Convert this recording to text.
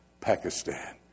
Pakistan